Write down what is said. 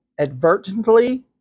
advertently